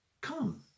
come